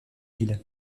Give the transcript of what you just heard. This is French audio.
villes